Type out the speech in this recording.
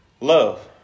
love